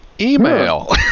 Email